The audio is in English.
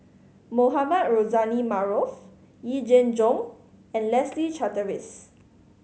Mohamed Rozani Maarof Yee Jenn Jong and Leslie Charteris